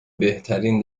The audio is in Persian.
بهترین